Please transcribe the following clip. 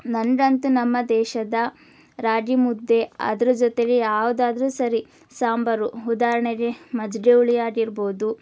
ನನಗಂತು ನಮ್ಮ ದೇಶದ ರಾಗಿ ಮುದ್ದೆ ಅದ್ರ ಜೊತೆಗೆ ಯಾವುದಾದ್ರು ಸರಿ ಸಾಂಬಾರು ಉದಾರಣೆಗೆ ಮಜ್ಜಿಗೆ ಹುಳಿ ಆಗಿರ್ಬೋದು